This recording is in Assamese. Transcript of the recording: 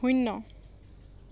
শূন্য